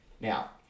Now